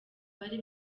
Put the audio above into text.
bari